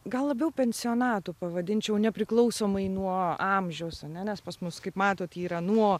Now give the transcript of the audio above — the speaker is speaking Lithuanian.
gal labiau pensijonatu pavadinčiau nepriklausomai nuo amžiaus nes pas mus kaip matot jie yra nuo